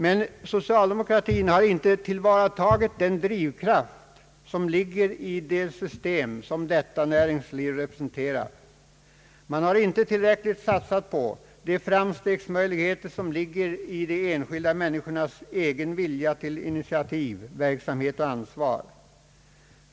Men socialdemokratin har inte tillvaratagit den drivkraft som ligger i det system som detta näringsliv representerar. Man har inte tillräckligt satsat på de framstegsmöjligheter som ligger i de enskilda människornas egen vilja till initiativ, verksamhet och ansvar.